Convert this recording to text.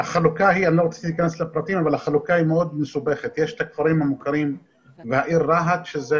איך להגיע לכל הכפרים הלא מוכרים ולספק שירות.